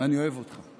אני אוהב אותך.